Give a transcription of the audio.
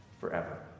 forever